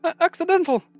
Accidental